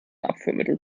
abführmittel